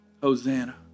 hosanna